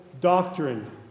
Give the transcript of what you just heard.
doctrine